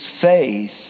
faith